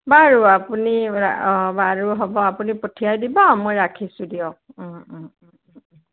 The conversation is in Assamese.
বাৰু আপুনি অঁ বাৰু হ'ব আপুনি পঠিয়াই দিব মই ৰাখিছোঁ দিয়ক